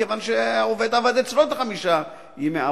כיוון שהעובד עבד אצלו את חמשת ימי העבודה.